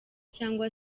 cyangwa